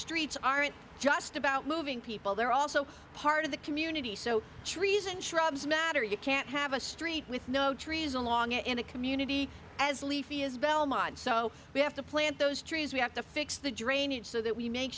streets aren't just about moving people they're also part of the community so trees and shrubs matter you can't have a street with no trees along in a community as leafy is belmont so we have to plant those trees we have to fix the drainage so that we make